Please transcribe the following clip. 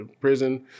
prison